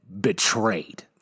betrayed